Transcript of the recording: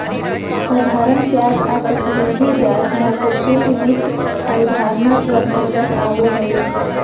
साधारण ब्याज आर चक्रवृद्धि ब्याज महत्वपूर्ण वित्त अवधारणा के अंतर्गत आबो हय